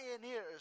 pioneers